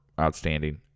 outstanding